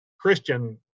Christian